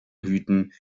hüten